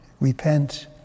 Repent